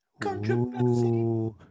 Controversy